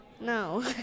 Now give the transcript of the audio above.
No